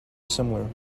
similar